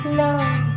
love